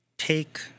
Take